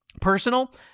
personal